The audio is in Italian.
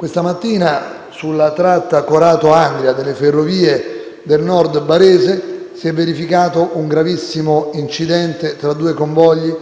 questa mattina sulla tratta Corato-Andria delle Ferrovie del Nord Barese si è verificato un gravissimo incidente tra due convogli